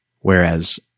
Whereas